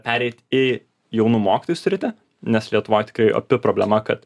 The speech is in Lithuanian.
pereit į jaunų mokytojų sritį nes lietuvoj tikrai opi problema kad